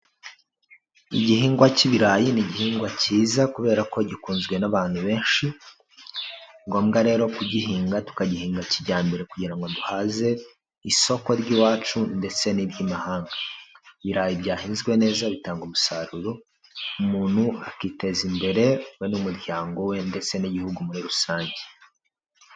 Igihingwa cy'ibirayi ni igihingwa cyiza, kubera ko gikunzwe n'abantu benshi, ni ngombwa rero kugihinga, tukagihinga kijyambere kugira ngo duhaze isoko ry'iwacu, ndetse n'iby'imahanga, ibirayi byahinzwe neza bitanga umusaruro, umuntu akiteza imbere we n'umuryango we ndetse n'igihugu muri rusange.